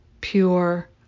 pure